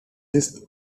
this